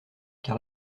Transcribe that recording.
car